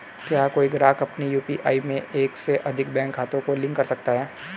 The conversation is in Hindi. क्या कोई ग्राहक अपने यू.पी.आई में एक से अधिक बैंक खातों को लिंक कर सकता है?